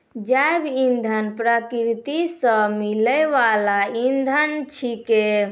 जैव इंधन प्रकृति सॅ मिलै वाल इंधन छेकै